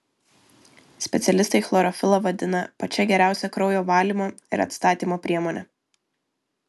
specialistai chlorofilą vadina pačia geriausia kraujo valymo ir atstatymo priemone